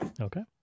Okay